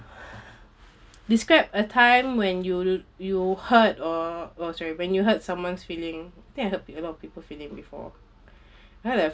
describe a time when you you hurt or oh sorry when you hurt someone's feeling think I hurt a lot of people feeling before